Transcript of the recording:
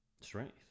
strength